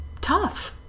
tough